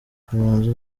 kamanzi